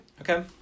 Okay